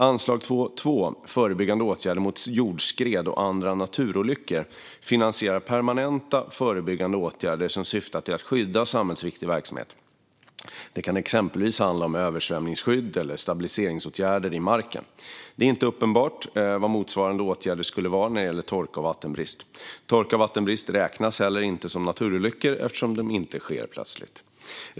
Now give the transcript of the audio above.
Anslaget 2:2 Förebyggande åtgärder mot jordskred och andra naturolyckor finansierar permanenta förebyggande åtgärder som syftar till att skydda samhällsviktig verksamhet. Detta kan exempelvis handla om översvämningsskydd eller stabiliseringsåtgärder i marken. Det är inte uppenbart vad motsvarande åtgärder skulle vara när det gäller torka och vattenbrist. Torka och vattenbrist räknas heller inte som naturolyckor eftersom de inte sker plötsligt.